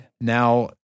now